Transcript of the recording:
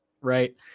right